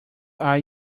are